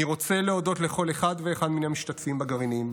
אני רוצה להודות לכל אחד ואחד מהמשתתפים בגרעינים,